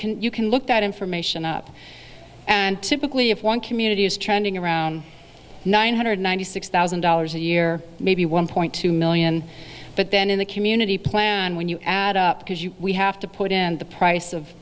can you can look that information up and typically if one community is trending around nine hundred ninety six thousand dollars a year maybe one point two million but then in the community plan when you add up because you we have to put in the price of